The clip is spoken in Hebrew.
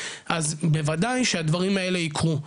אז בוודאי שהדברים האלה ייקרו.